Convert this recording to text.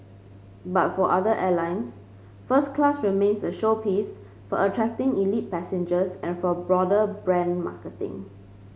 but for other airlines first class remains a showpiece for attracting elite passengers and for broader brand marketing